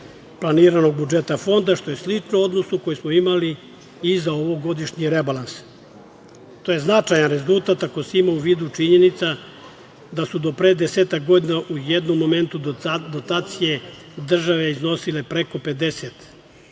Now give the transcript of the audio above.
planiranog budžeta fonda, što je slično odnosu koji smo imali i za ovogodišnji rebalans. To je značajan rezultat ako se ima u vidu činjenica da su do pre desetak godina u jednom momentu dotacije države iznosile preko 50%